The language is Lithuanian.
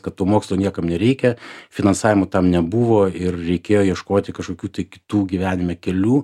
kad to mokslo niekam nereikia finansavimo tam nebuvo ir reikėjo ieškoti kažkokių tai kitų gyvenime kelių